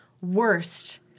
worst